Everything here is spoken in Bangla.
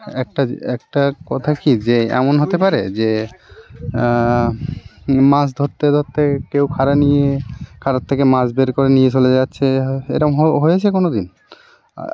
একটা একটা কথা কী যে এমন হতে পারে যে মাছ ধরতে ধরতে কেউ খাড়া নিয়ে খাড়ার থেকে মাছ বের করে নিয়ে চলে যাচ্ছে এ রকম হয়েছে কোনো দিন